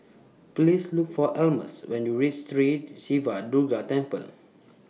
Please Look For Almus when YOU REACH Sri Siva Durga Temple